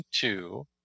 two